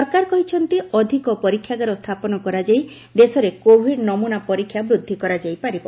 ସରକାର କହିଛନ୍ତି ଅଧିକ ପରୀକ୍ଷାଗାର ସ୍ଥାପନ କରାଯାଇ ଦେଶରେ କୋଭିଡ୍ ନମୁନା ପରୀକ୍ଷା ବୃଦ୍ଧି କରାଯାଇ ପାରିବ